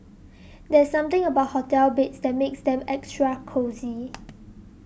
there's something about hotel beds that makes them extra cosy